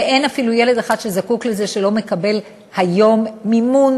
ואין אפילו ילד אחד שזקוק לזה שלא מקבל היום מימון.